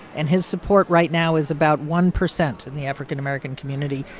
and his support right now is about one percent in the african american community.